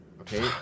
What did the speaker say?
Okay